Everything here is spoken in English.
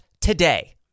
today